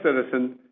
citizen